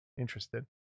interested